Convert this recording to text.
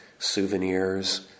souvenirs